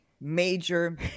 major